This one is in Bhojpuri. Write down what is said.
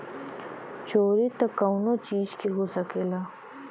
चोरी त कउनो चीज के हो सकला